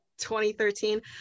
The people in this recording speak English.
2013